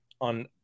on